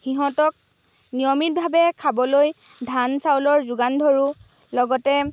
সিহঁতক নিয়মিভাৱে খাবলৈ ধান চাউলৰ যোগান ধৰোঁ লগতে